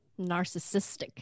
narcissistic